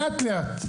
לאט-לאט.